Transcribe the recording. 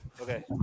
Okay